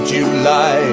July